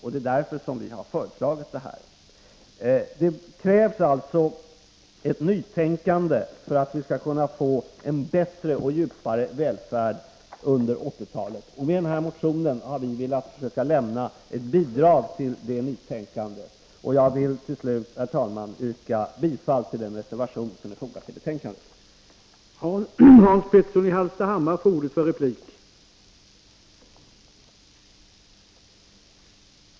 Det är därför som vi har föreslagit att en utredning skall tillsättas.